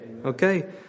Okay